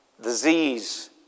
disease